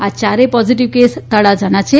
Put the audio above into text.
આ ચારેય positive case તળાજાના છે